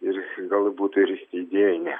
ir galbūt ir idėjinę